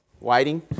waiting